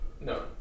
No